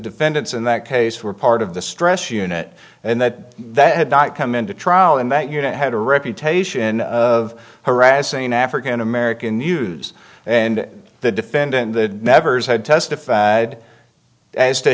defendants in that case were part of the stress unit and that that had not come into trial and that you know had a reputation of harassing african american news and the defendant nevers had testified as to